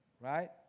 right